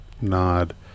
nod